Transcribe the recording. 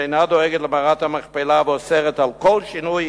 שאינה דואגת למערת המכפלה ואוסרת כל שינוי,